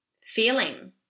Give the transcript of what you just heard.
feeling